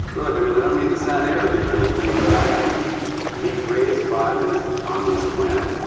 look i mean i don't mean to sound arrogant or anything but i am the greatest botanist on this planet.